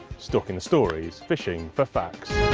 stalking the stories. fishing for facts.